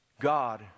God